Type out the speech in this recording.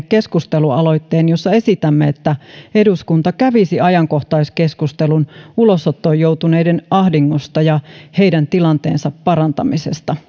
keskustelualoitteen jossa esitämme että eduskunta kävisi ajankohtaiskeskustelun ulosottoon joutuneiden ahdingosta ja heidän tilanteensa parantamisesta